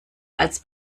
als